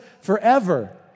forever